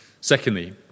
Secondly